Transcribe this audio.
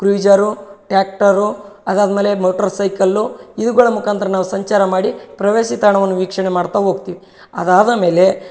cruiser tractor ಅದಾದಮೇಲೆ motorcycle ಇವುಗಳ ಮುಖಾಂತ್ರ ನಾವು ಸಂಚಾರ ಮಾಡಿ ಪ್ರವಾಸಿತಾಣವನ್ನು ವೀಕ್ಷಣೆ ಮಾಡ್ತಾ ಹೋಗ್ತಿವಿ ಅದಾದ ಮೇಲೆ